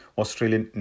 Australian